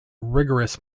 rigorous